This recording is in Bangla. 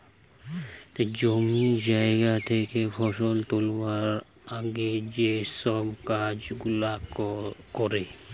জমি জায়গা থেকে ফসল তুলবার আগে যেই সব কাজ গুলা করে